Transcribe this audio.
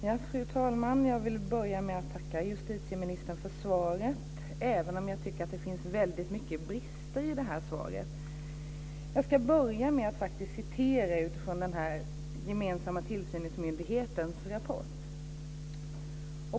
Fru talman! Jag vill tacka justitieministern för svaret, även om jag tycker att det finns stora brister i det här svaret. Jag ska börja med att citera ur den gemensamma tillsynsmyndighetens rapport.